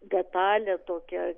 detalė tokia